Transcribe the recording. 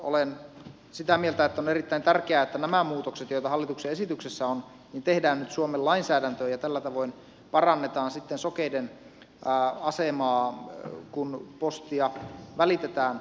olen sitä mieltä että on erittäin tärkeää että nämä muutokset joita hallituksen esityksessä on tehdään nyt suomen lainsäädäntöön ja tällä tavoin parannetaan sitten sokeiden asemaa kun postia välitetään